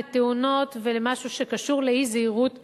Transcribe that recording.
לתאונות ולמשהו שקשור לאי-זהירות בדרכים.